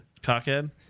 cockhead